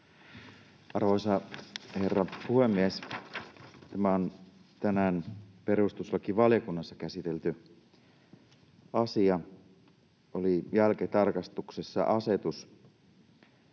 Arvoisa herra puhemies! Tämä on tänään perustuslakivaliokunnassa käsitelty asia. Jälkitarkastuksessa oli asetus